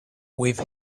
with